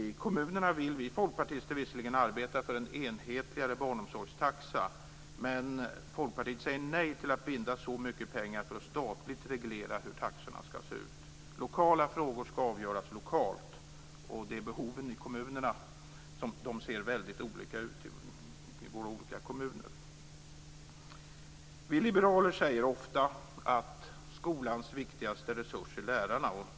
Vi folkpartister vill visserligen i kommunerna arbeta för en enhetligare barnomsorgstaxa, men Folkpartiet säger nej till att binda så mycket pengar för att statligt reglera hur taxorna ska se ut. Lokala frågor ska avgöras lokalt, och behoven ser väldigt olika ut mellan de enskilda kommunerna. Vi liberaler säger ofta att skolans viktigaste resurs är lärarna.